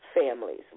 families